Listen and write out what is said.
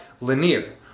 linear